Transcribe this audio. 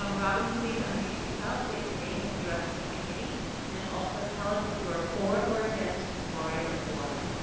um robyn, please unmute yourself, state your name and address for the committee. and then also tell us if you are for or against fluoride in the water.